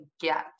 get